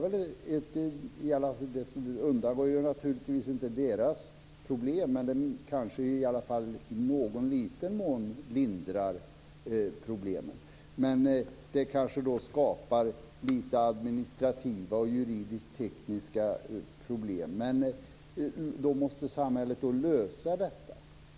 Det undanröjer naturligtvis inte deras problem, men det kanske i alla fall i någon liten mån lindrar problemen. Det kanske skapar lite administrativa och juridisk-tekniska problem, men då måste samhället lösa detta.